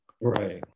Right